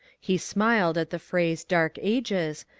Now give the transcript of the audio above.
he smiled at the phrase dark ages,